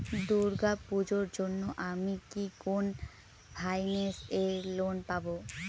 দূর্গা পূজোর জন্য আমি কি কোন ফাইন্যান্স এ লোন পাবো?